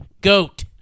Goat